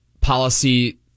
policy